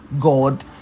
god